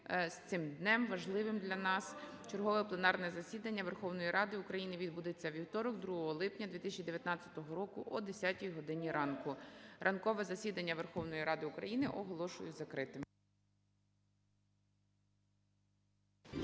з цим днем, важливим для нас. Чергове пленарне засідання Верховної Ради України відбудеться у вівторок, 2 липня 2019 року, о 10 годині ранку. Ранкове засідання Верховної Ради України оголошую закритим.